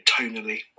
tonally